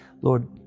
Lord